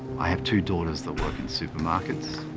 i have two daughters that work in supermarkets.